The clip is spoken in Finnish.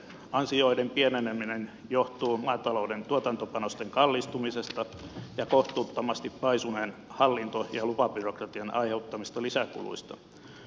ansioiden pieneneminen johtuu maatalouden tuotantopanosten kallistumisesta ja kohtuuttomasti paisuneen hallinto ja lupabyrokratian aiheuttamista lisäkuluista